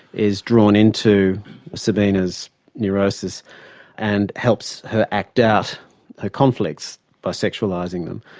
is drawn into sabina's neurosis and helps her act out her conflicts by sexualising them.